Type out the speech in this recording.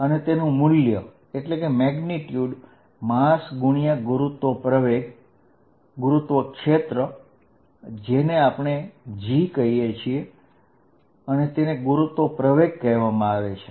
અને તેનું મૂલ્ય Fmg છે અને g ને ગુરુત્વપ્રવેગ કહેવામાં આવે છે